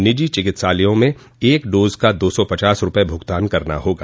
निजी चिकित्सालयों में एक डोज का दो सौ पचास रूपये भुगतान करना होगा